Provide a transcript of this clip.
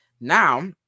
Now